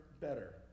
better